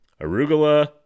arugula